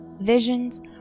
visions